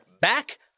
back